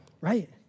right